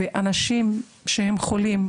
ואנשים חולים,